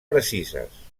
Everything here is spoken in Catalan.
precises